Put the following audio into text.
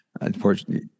unfortunately